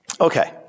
Okay